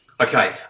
Okay